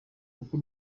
uko